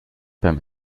beim